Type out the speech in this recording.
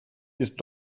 ist